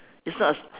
it's not a